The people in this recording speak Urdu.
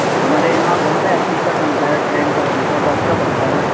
ہمارے یہاں بنتا ہے ٹکٹ بنتا ہے ٹرین کا بنتا ہے بس کا بنتا ہے